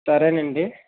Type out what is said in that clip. సరేనండి